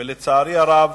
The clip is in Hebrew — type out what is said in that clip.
ולצערי הרב,